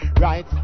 right